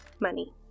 money